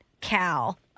Cal